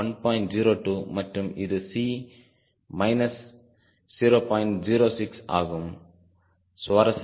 02 மற்றும் இது மைனஸ் 0